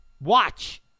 Watch